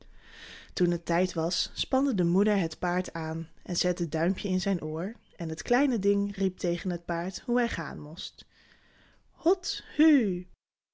toen het tijd was spande de moeder het paard aan en zette duimpje in zijn oor en het kleine ding riep tegen het paard hoe hij gaan moest hot hu